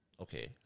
Okay